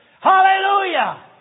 Hallelujah